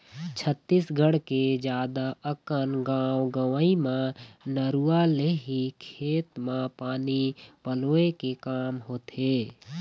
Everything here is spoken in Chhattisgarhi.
छत्तीसगढ़ के जादा अकन गाँव गंवई म नरूवा ले ही खेत म पानी पलोय के काम होथे